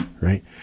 right